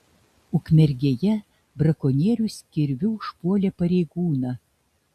ukmergėje brakonierius kirviu užpuolė pareigūną